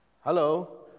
Hello